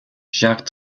jacques